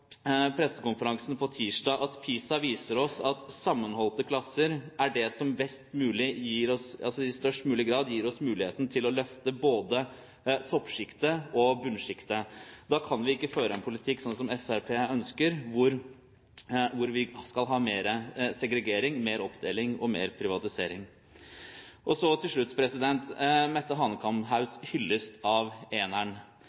pressekonferansen på tirsdag at PISA viser oss at sammenholdte klasser er det som i størst mulig grad gir oss muligheten til å løfte både toppsjiktet og bunnsjiktet. Da kan vi ikke føre en politikk sånn som Fremskrittspartiet ønsker, med mer segregering, mer oppdeling og mer privatisering. Til slutt til Mette